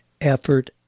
effort